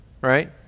right